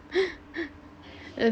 err